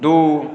दू